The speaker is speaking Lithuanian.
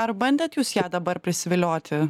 ar bandėt jūs ją dabar prisivilioti